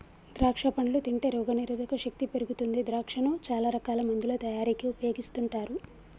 ద్రాక్షా పండ్లు తింటే రోగ నిరోధక శక్తి పెరుగుతుంది ద్రాక్షను చాల రకాల మందుల తయారీకి ఉపయోగిస్తుంటారు